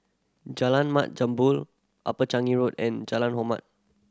Jalan Mat Jambol Upper Changi Road and Jalan Hormat